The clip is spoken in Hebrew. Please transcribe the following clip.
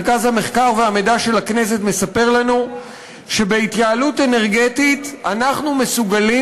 מרכז המחקר והמידע של הכנסת מספר לנו שבהתייעלות אנרגטית אנחנו מסוגלים